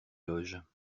loges